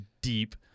deep